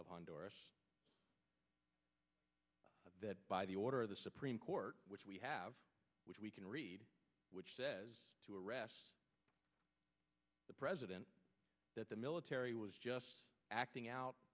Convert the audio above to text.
of honduras that by the order of the supreme court which we have which we can read which says to arrest the president that the military was just acting out